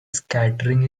scattering